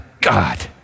God